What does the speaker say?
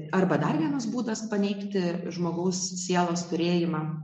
arba dar vienas būdas paneigti žmogaus sielos turėjimą